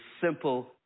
simple